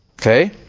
okay